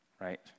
right